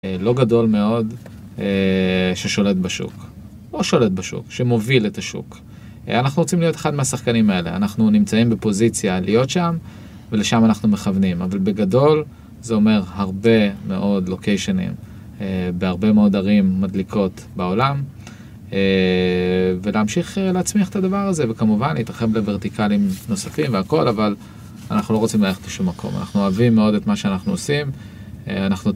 אה.. לא גדול מאוד.. אה.. ששולט בשוק, או שולט בשוק, שמוביל את השוק. אנחנו רוצים להיות אחד מהשחקנים האלה, אנחנו נמצאים בפוזיציה להיות שם, ולשם אנחנו מכוונים, אבל בגדול, זה אומר הרבה מאוד לוקיישנים, אה.. בהרבה מאוד ערים מדליקות בעולם, אה.. ולהמשיך אה.. להצמיח את הדבר הזה, וכמובן להתרחב לוורטיקלים נוספים והכל, אבל אנחנו לא רוצים ללכת לשום מקום, אנחנו אוהבים מאוד את מה שאנחנו עושים, אה.. אנחנו